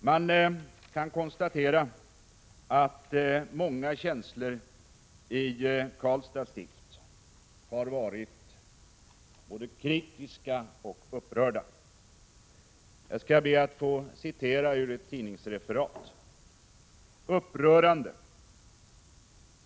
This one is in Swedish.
Många människor i Karlstads stift har varit både kritiska och upprörda. Jag skall be att få citera ur ett tidningsreferat: ”Upprörande!